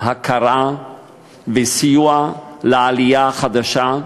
הכרה וסיוע לעלייה החדשה,